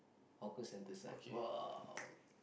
hawker centre side !wow!